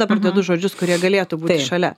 dabar dedu žodžius kurie galėtų šalia